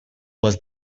was